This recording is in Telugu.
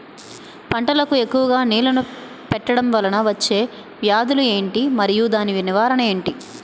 పంటలకు ఎక్కువుగా నీళ్లను పెట్టడం వలన వచ్చే వ్యాధులు ఏంటి? మరియు దాని నివారణ ఏంటి?